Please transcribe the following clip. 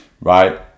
Right